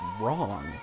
wrong